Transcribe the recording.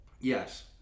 Yes